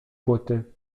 płyty